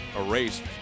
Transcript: erased